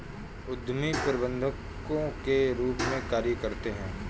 उद्यमी प्रबंधकों के रूप में कार्य करते हैं